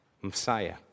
Messiah